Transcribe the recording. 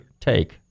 take